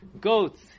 Goats